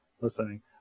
listening